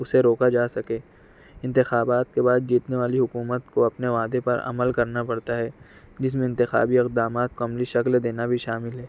اسے روکا جا سکے انتخابات کے بعد جیتنے والی حکومت کو اپنے وعدے پر عمل کرنا پڑتا ہے جس میں انتخابی اقدامات کو عملی شکل دینا بھی شامل ہے